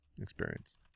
experience